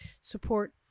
support